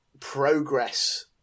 progress